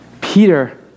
Peter